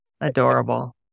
adorable